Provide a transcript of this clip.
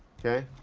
okay?